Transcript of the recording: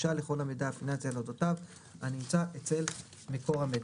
גישה לכל המידע הפיננסי על אודותיו הנמצא אצל מקור המידע.